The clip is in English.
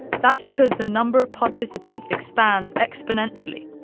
that's because the number of participants expands exponentially.